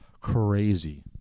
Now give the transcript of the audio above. crazy